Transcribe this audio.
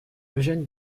eugène